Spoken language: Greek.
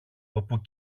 όπου